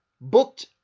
booked